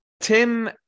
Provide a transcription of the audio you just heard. Tim